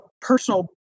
personal